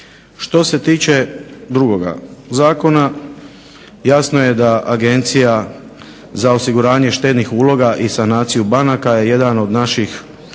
Što se tiče drugoga Zakona, jasno je da Agencija za osiguranje štednih uloga i sanaciju banaka, prvo je